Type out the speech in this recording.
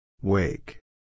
Wake